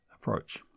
approach